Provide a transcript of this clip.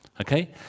Okay